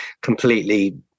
completely